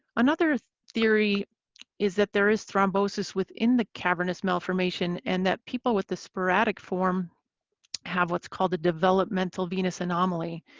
another theory is that there is thrombosis within the cavernous malformation. and that people with the sporadic form have what's called a developmental venous anomaly.